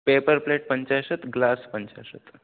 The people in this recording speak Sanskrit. पेपर् प्लेट् पञ्चाशत् ग्लास् पञ्चाशत्